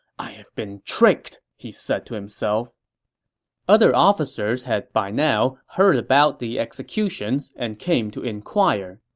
i've been tricked! he said to himself other officers had by now heard about the executions and came to inquire.